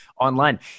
online